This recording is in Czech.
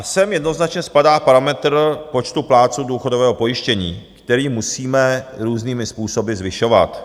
Sem jednoznačně spadá parametr počtu plátců důchodového pojištění, který musíme různými způsoby zvyšovat.